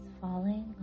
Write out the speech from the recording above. falling